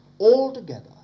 altogether